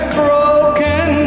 broken